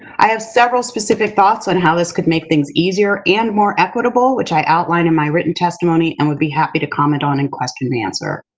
i have several specific thoughts on how this could make things easier and more equitable, which i outline in my written testimony and would be happy to comment on in question and answer.